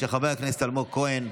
של חבר הכנסת אלמוג כהן,